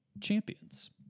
champions